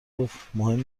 گفتمهم